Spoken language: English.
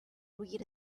read